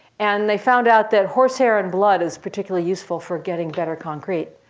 and they found out that horse hair and blood is particularly useful for getting better concrete.